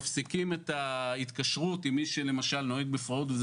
שמפסיקים את ההתקשרות עם מי שנוהג בפראות,